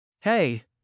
Hey